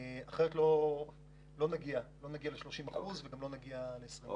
אחרת לא נגיע ל-30% וגם לא נגיע ל-20%.